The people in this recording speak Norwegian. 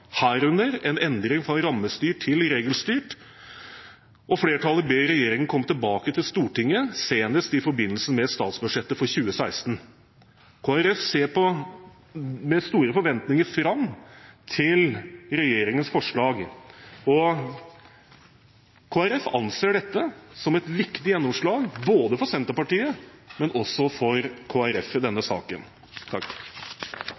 herunder en endring fra rammestyrt til regelstyrt ordning. Flertallet ber regjeringen komme tilbake til Stortinget, senest i forbindelse med statsbudsjettet for 2016. Kristelig Folkeparti ser med store forventninger fram til regjeringens forslag, og vi anser dette som et viktig gjennomslag både for Senterpartiet og for Kristelig Folkeparti i denne saken.